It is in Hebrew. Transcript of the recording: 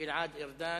גלעד ארדן.